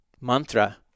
mantra